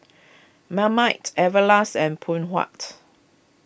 Marmite Everlast and Phoon Huat